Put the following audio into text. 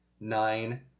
nine